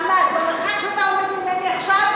עמד במרחק שאתה עומד ממני עכשיו,